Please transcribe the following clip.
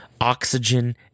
oxygen